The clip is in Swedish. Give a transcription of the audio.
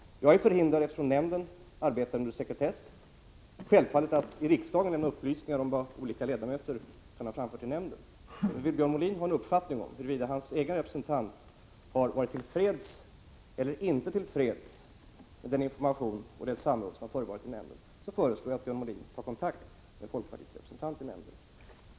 Eftersom nämnden arbetar under sekretess är jag självfallet förhindrad att i riksdagen lämna upplysningar om vad olika ledamöter kan ha framfört i nämnden. Vill Björn Molin ha en uppfattning om huruvida folkpartiets egen representant varit till freds eller inte med den information som lämnats och det samråd som förevarit i nämnden föreslår jag att Björn Molin tar kontakt med folkpartiets representant i nämnden.